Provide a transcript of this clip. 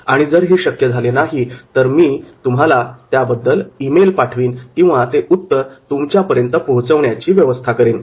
आणि जर हे शक्य झाले नाही तर मी तुम्हाला त्याबद्दल इमेल पाठवीन किंवा ते उत्तर तुमच्यापर्यंत पोहोचवण्याची व्यवस्था करेन